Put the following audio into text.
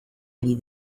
ari